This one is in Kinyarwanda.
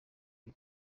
ibi